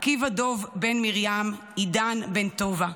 עקיבא דוב בן מרים, עידן בן טובה,